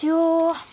त्यो